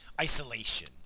isolation